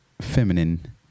feminine